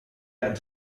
einem